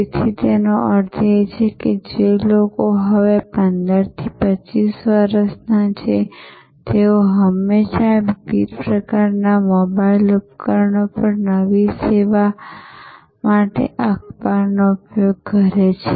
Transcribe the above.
તેથી તેનો અર્થ એ છે કે જે લોકો હવે 15 થી 25 વર્ષના છે તેઓ હંમેશા વિવિધ પ્રકારના મોબાઇલ ઉપકરણો પર નવી સેવા માટે અખબારનો ઉપયોગ કરે છે